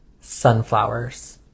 Sunflowers